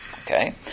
Okay